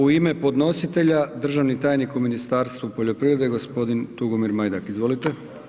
U ime podnositelja, državni tajnik u Ministarstvu poljoprivrede, g. Tugomir Majdak, izvolite.